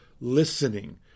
listening